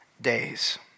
days